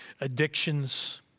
addictions